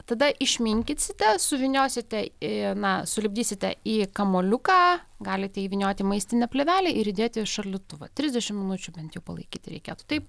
tada išminkysite suvyniosite į na sulipdysite į kamuoliuką galite įvynioti maistinę plėvelę ir įdėti į šaldytuvą trisdešimt minučių bent jau palaikyti reikėtų taip